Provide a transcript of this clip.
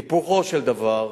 היפוכו של דבר,